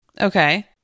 Okay